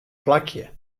plakje